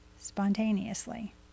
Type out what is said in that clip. spontaneously